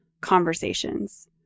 conversations